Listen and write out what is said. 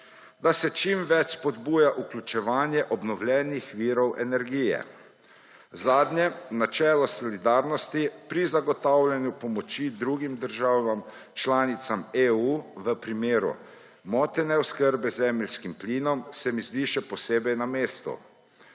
da se čim bolj spodbuja vključevanje obnovljivih virov energije. Zadnje, načelo solidarnosti pri zagotavljanju pomoči drugim državam članicam EU v primeru motene oskrbe z zemeljskim plinom, se mi zdi še posebej na mestu.